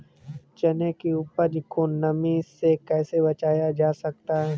चने की उपज को नमी से कैसे बचाया जा सकता है?